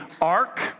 ark